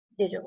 digitally